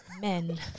men